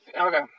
okay